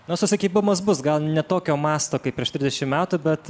na susikibimas bus gal ne tokio masto kaip prieš trisdešim metų bet